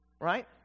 right